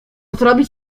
zrobić